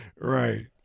Right